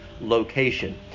location